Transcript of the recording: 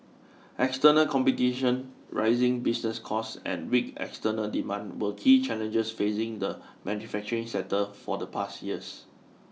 external competition rising business costs and weak external demand were key challenges facing the manufacturing sector for the past years